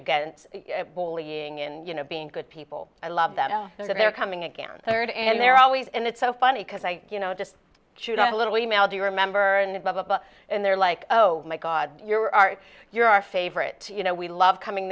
against bullying and you know being good people i love that i know they're coming again third and they're always and it's so funny because i you know just chewed up a little email do you remember and lovable and they're like oh my god you're art you're our favorite you know we love coming